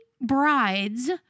brides